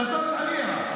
חזרת עליה.